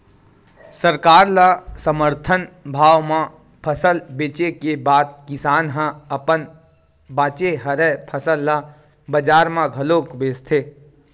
सरकार ल समरथन भाव म फसल बेचे के बाद किसान ह अपन बाचे हरय फसल ल बजार म घलोक बेचथे